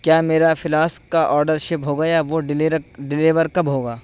کیا میرا فلاسک کا آڈر شپ ہو گیا وہ ڈیلیور کب ہوگا